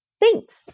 Thanks